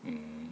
mm